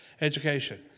education